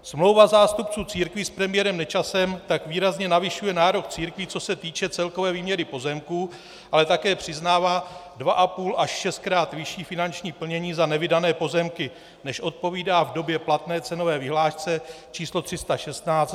Smlouva zástupců církví s premiérem Nečasem tak výrazně navyšuje nárok církví, co se týče celkové výměry pozemků, ale také přiznává 2,5 až 6krát vyšší finanční plnění na nevydané pozemky, než odpovídá v době platné cenové vyhlášce číslo 316/1990 Sb.